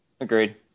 Agreed